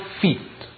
feet